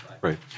Right